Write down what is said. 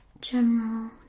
general